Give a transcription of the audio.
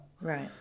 Right